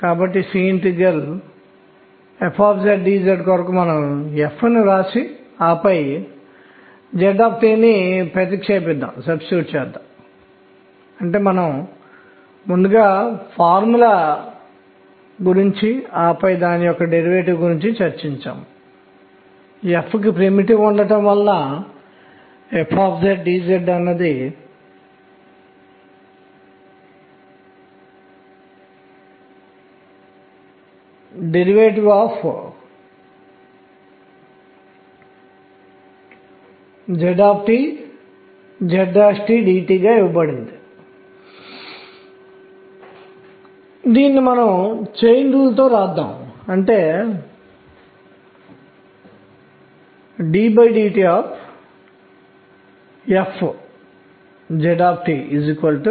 కాబట్టి కోణీయ ద్రవ్యవేగం యొక్క z అంశం అయిన m విలువల సంఖ్య బేసి గా ఉంటే వారు చూడాలనుకుంటున్నది ఇక్కడ రేఖల సంఖ్య బేసి గా ఉండాలి ఎందుకంటే దేనినైనా అయస్కాంత క్షేత్రంలో ఉంచినట్లయితే m విలువల ప్రకారం స్థాయిలు విభజించబడతాయి మరియు ఈ విలువలు భిన్నంగా ఉంటాయి అది 2 0 2 కావచ్చు మరియు సంబంధిత మాగ్నెటిక్ మొమెంట్ కూడా భిన్నంగా ఉంటుంది మరియు అందువలన ఫోర్స్లు భిన్నంగా ఉంటాయి